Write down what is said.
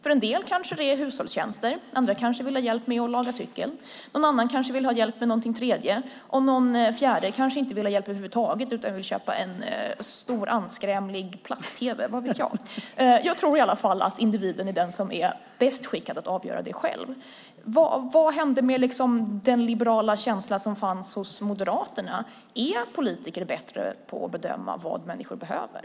För en del kanske det är hushållstjänster. Andra kanske vill ha hjälp med att laga cykeln. En tredje kanske vill ha hjälp med något annat, och en fjärde kanske inte vill ha hjälp över huvud taget utan vill köpa en stor, anskrämlig platt-tv. Jag tror att individen är den som är bäst skickad att avgöra detta själv. Vad hände med den liberala känsla som fanns hos Moderaterna? Är politiker bättre på att bedöma vad människor behöver?